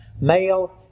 Male